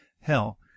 hell